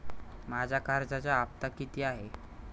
माझा कर्जाचा हफ्ता किती आहे?